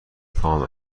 تام